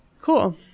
Cool